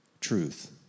truth